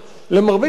אדוני היושב-ראש,